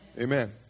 Amen